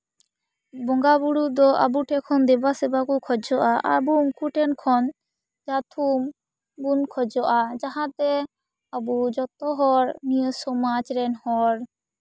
ᱵᱚᱸᱜᱟ ᱵᱳᱨᱳ ᱫᱚ ᱟᱵᱚ ᱴᱷᱮᱡ ᱠᱷᱚᱡ ᱫᱮᱵᱟᱼᱥᱮᱵᱟ ᱠᱚ ᱠᱷᱚᱡᱚᱜᱼᱟ ᱟᱵᱚ ᱩᱱᱠᱩ ᱴᱷᱮᱱ ᱠᱷᱚᱱ ᱡᱟᱦᱟᱸ ᱛᱷᱩᱢ ᱵᱚᱱ ᱠᱷᱚᱡᱚᱜᱼᱟ ᱡᱟᱦᱟᱸ ᱛᱮ ᱟᱵᱚ ᱡᱚᱛᱚ ᱦᱚᱲ ᱱᱤᱭᱟᱹ ᱥᱚᱢᱟᱡᱽ ᱨᱮᱱ ᱦᱚᱲ